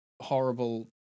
horrible